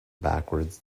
backwards